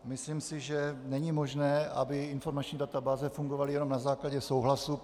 Myslím si, že není možné, aby informační databáze fungovaly jenom na základě souhlasu.